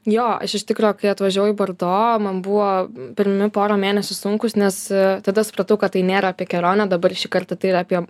jo aš iš tikro kai atvažiavau į bordo man buvo pirmi porą mėnesių sunkūs nes tada supratau kad tai nėra apie kelionę dabar šį kartą tai yra apie